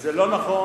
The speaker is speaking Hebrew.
זה לא נכון,